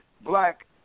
black